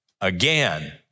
Again